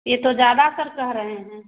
ये तो ज्यादा सर कह रहे हैं